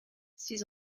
six